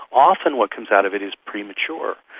often what comes out of it is premature.